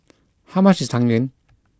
how much is Tang Yuen